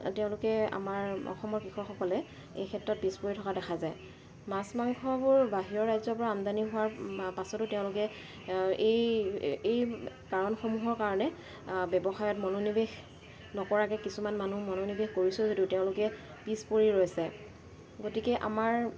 তেওঁলোকে আমাৰ অসমৰ কৃষকসকলে এই ক্ষেত্ৰত পিছপৰি থকা দেখা যায় মাছ মাংসবোৰ বাহিৰৰ ৰাজ্যৰ পৰা আমদানি হোৱাৰ পাছতো তেওঁলোকে এই এই কাৰণসমূহৰ কাৰণে ব্যৱসায়ত মনোনিৱেশ নকৰাকৈ কিছুমান মানুহ মনোনিৱেশ কৰিছে যিহেতু তেওঁলোকে পিছপৰি ৰৈছে গতিকে আমাৰ